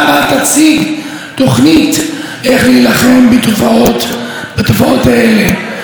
ולהפחית את מספר הקורבנות בשתי החזיתות הכואבות האלה.